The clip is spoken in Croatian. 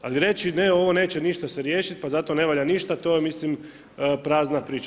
Ali reći: ne ovo neće ništa se riješiti pa zato ne valja ništa, to je mislim, prazna priča.